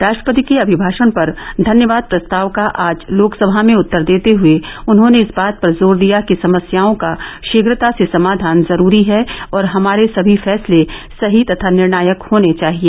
राष्ट्रपति के अभिमाषण पर धन्यवाद प्रस्ताव का आज लोकसभा में उत्तर देते हुए उन्होंने इस बात पर जोर दिया कि समस्याओं का शीघ्रता से समाधान जरूरी है और हमारे सभी फैसले सही तथा निर्णायक होने चाहिए